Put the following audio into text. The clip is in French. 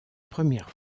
première